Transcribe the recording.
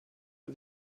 are